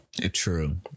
True